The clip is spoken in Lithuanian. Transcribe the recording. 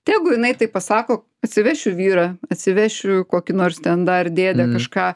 tegu jinai tai pasako atsivešiu vyrą atsivešiu kokį nors ten dar dėdę kažką